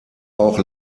auch